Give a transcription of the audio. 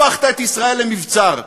הפכת את ישראל למבצר.